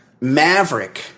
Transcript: Maverick